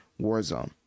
Warzone